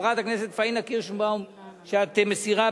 חברת הכנסת פאינה קירשנבאום שאת מסירה,